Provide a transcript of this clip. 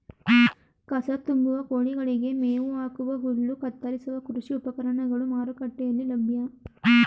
ಕಸ ತುಂಬುವ, ಕೋಳಿಗಳಿಗೆ ಮೇವು ಹಾಕುವ, ಹುಲ್ಲು ಕತ್ತರಿಸುವ ಕೃಷಿ ಉಪಕರಣಗಳು ಮಾರುಕಟ್ಟೆಯಲ್ಲಿ ಲಭ್ಯ